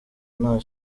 nta